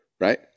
right